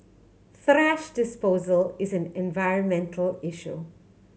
thrash disposal is an environmental issue